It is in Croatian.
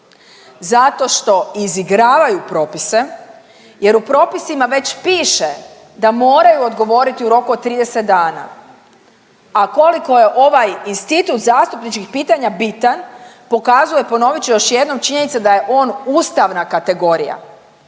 Zato što izigravaju propise jer u propisima već piše da moraju odgovoriti u roku od 30 dana, a koliko je ovaj institut zastupničkih pitanja bitan pokazuje ponovit ću još jednom činjenica da je on ustavna kategorija.